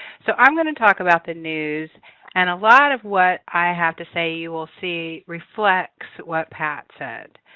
so i'm going to talk about the news and a lot of what i have to say you will see reflects what pat said,